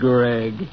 Greg